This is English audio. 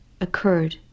occurred